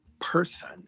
person